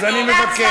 אז אני מבקש.